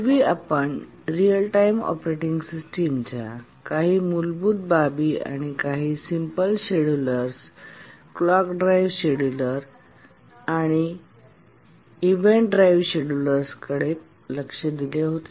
पूर्वी आपण real time operating सिस्टमच्या काही मूलभूत बाबी आणि काही simple schedulers clock drive scheduler आणि इव्हेंट ड्राईव्ह शेड्युलर्सकडे लक्ष दिले होते